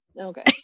okay